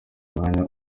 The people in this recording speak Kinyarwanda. umwanya